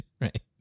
right